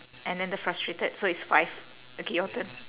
and then the frustrated so it's five okay your turn